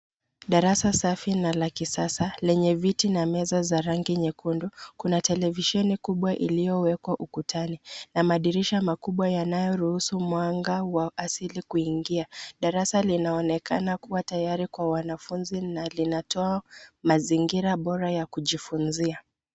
Darasa safi na la kisasa lenye viti na meza za rangi nyekundu. Kuna televisheni kubwa iliyowekwa ukutani na madirisha makubwa yanayoruhusu mwanga wa asili kuingia. Darasa linaonekana kuwa tayari kwa wanafunzi na linatoa mazingira bora ya kujifunzia.